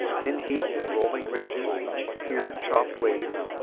then heaped in rolling ridges here chopped waves,